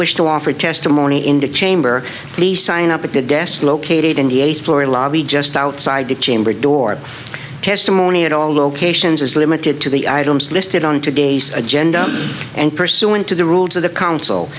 wish to offer testimony in detained please sign up a good guest located in the eighth floor lobby just outside the chamber door testimony at all locations is limited to the items listed on today's agenda and pursuant to the rules of the counsel